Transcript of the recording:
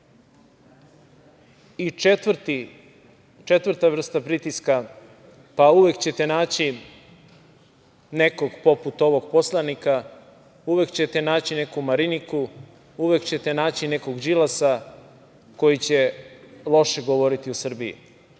Srbije. Četvrta vrsta pritiska, pa uvek ćete naći nekog poput ovog poslanika, uvek ćete naći neku Mariniku, uvek ćete naći nekog Đilasa koji će loše govoriti o Srbiji,